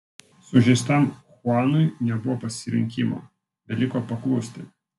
sužeistam chuanui nebuvo pasirinkimo beliko paklusti